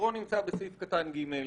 הפתרון נמצא בסעיף קטן ג'.